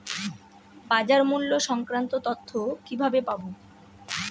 বাজার মূল্য সংক্রান্ত তথ্য কিভাবে পাবো?